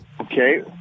Okay